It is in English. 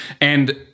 And-